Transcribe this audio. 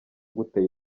gute